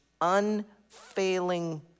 unfailing